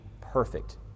perfect